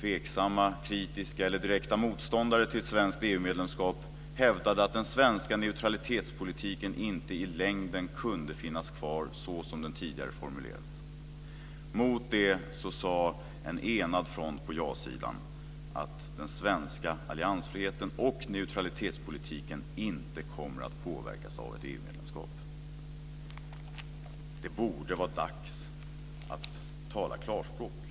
tveksamma, kritiska eller direkta motståndare till ett svenskt EU medlemskap hävdade att den svenska neutralitetspolitiken i längden inte kunde finnas kvar såsom den tidigare formulerats. Mot detta sade en enad front på ja-sidan att den svenska alliansfriheten och neutralitetspolitiken inte kommer att påverkas av ett EU medlemskap. Det borde vara dags att tala klarspråk.